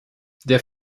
der